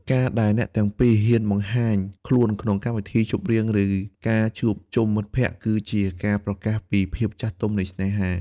ការដែលអ្នកទាំងពីរហ៊ានបង្ហាញខ្លួនក្នុងកម្មវិធីជប់លៀង ឬការជួបជុំមិត្តភក្ដិ គឺជាការប្រកាសពីភាពចាស់ទុំនៃស្នេហា។